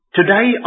Today